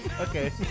Okay